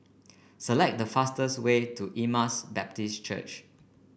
select the fastest way to Emmaus Baptist Church